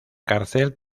cárcel